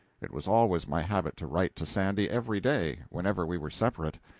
it was always my habit to write to sandy every day, whenever we were separate,